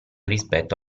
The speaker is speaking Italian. rispetto